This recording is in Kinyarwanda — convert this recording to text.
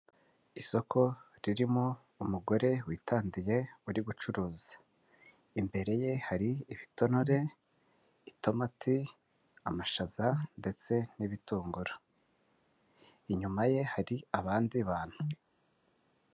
Isoko ririmo umugore witandiye uri gucuruza, imbere ye hari ibitonore, itomati, amashaza ndetse n'ibitunguru, inyuma ye hari abandi bantu.